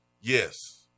yes